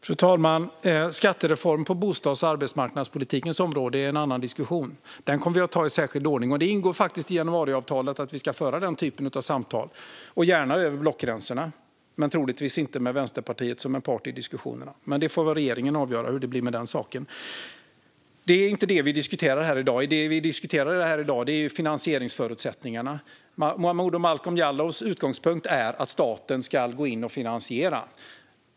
Fru talman! Skattereformen på bostads och arbetsmarknadspolitikens område är en annan diskussion. Den kommer vi att ta i särskild ordning. Det ingår faktiskt i januariavtalet att vi ska föra den typen av samtal, gärna över blockgränserna men troligtvis inte med Vänsterpartiet som en part i diskussionerna. Men regeringen får väl avgöra hur det blir med den saken. Det är inte detta vi diskuterar här i dag. Det vi diskuterar här i dag är finansieringsförutsättningarna. Momodou Malcolm Jallows utgångspunkt är att staten ska gå in och finansiera.